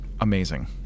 amazing